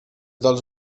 dels